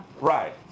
Right